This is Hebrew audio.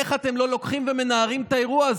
איך אתם לא לוקחים ומנהלים את האירוע?